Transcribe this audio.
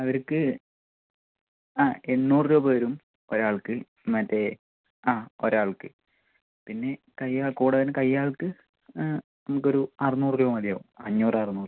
അവർക്ക് ആ എണ്ണൂറ് രൂപ വരും ഒരാൾക്ക് മറ്റേ ആ ഒരാൾക്ക് പിന്നെ കയ്യാൾ കൂടുതലും കയ്യാൾക്ക് നമുക്ക് ഒരു അറുന്നൂറ് രൂപ മതി ആവും അഞ്ഞൂറ് അറുന്നൂറ്